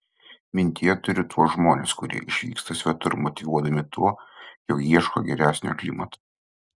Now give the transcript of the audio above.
mintyje turiu tuos žmones kurie išvyksta svetur motyvuodami tuo jog ieško geresnio klimato